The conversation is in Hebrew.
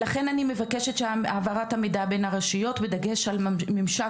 לכן אני מבקשת שעניין העברת המידע בין הרשויות ובדגש על ממשק